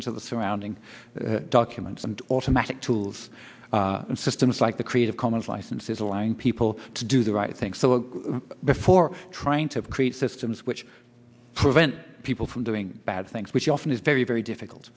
into the surrounding documents and automatic tools and systems like the creative commons licenses allowing people to do the right things so before trying to create systems which prevent people from doing bad things which often is very very difficult